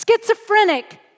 schizophrenic